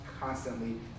constantly